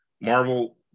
Marvel